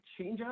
changeup